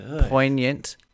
poignant